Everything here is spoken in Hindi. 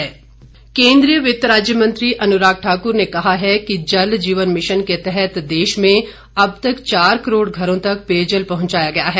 अनुराग ठाकुर केंद्रीय वित्त राज्य मंत्री अनुराग ठाक्र ने कहा है कि जल जीवन मिशन के तहत देश में अब तक चार करोड़ घरों तक पेयजल पहंचाया गया है